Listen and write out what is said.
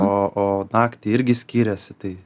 o o naktį irgi skiriasi tai